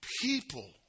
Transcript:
people